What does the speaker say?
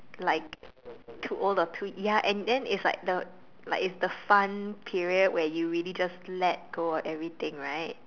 like too old or too young and then is like the is like the fun period where you really just let go of everything right